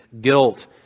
guilt